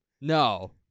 No